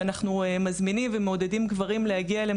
שאנחנו מזמינים ומעודדים גברים להגיע אליהן